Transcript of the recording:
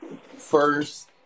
First